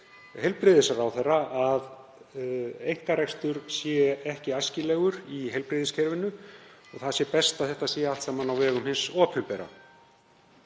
heilbrigðisráðherra að einkarekstur sé ekki æskilegur í heilbrigðiskerfinu og að best sé að þetta sé allt saman á vegum hins opinbera.